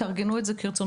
אז תארגנו את זה כרצונכם,